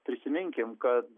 prisiminkim kad